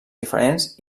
diferents